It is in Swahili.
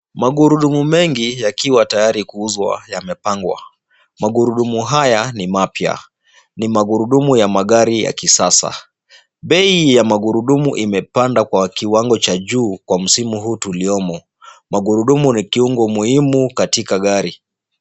Magurudumu mengi yakiwa tayari kuuzwa yamepangwa. Magurudumu haya ni mapya ni magurudumu ya magari ya kisasa. Bei ya magurudumu imepanda kwa kiwango cha juu kwa msimu huu tuliomo. Magurudumu ni kiungo muhimu katika gari.